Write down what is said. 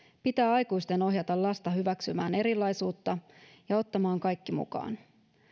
pitää aikuisten ohjata lasta hyväksymään erilaisuutta ja ottamaan kaikki mukaan